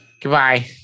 Goodbye